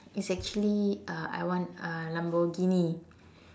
is actually uh I want uh Lamborghini